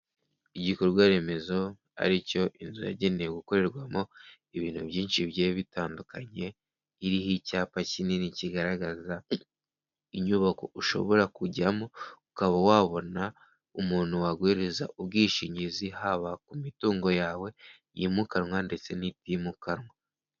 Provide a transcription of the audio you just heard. Igikorwa remezo ari cyo inzu yagenewe gukorerwamo ibintu byinshi bi bitandukanye, iriho icyapa kinini kigaragaza inyubako ushobora kujyamo, ukaba wabona umuntu waguhereza ubwishingizi, haba ku mitungo yawe yimukanwa ndetse n'itimukanwa.